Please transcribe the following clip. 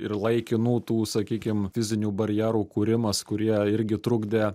ir laikinų tų sakykim fizinių barjerų kūrimas kurie irgi trukdė